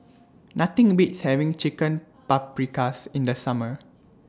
Nothing Beats having Chicken Paprikas in The Summer